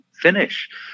finish